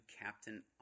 captain